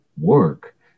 work